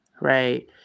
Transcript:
right